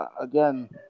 again